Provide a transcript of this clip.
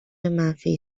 منفی